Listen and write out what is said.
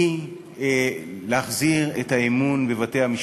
היא להחזיר את האמון בבתי-המשפט.